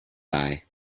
bye